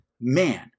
man